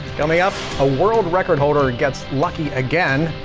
coming up. a world record holder gets lucky again.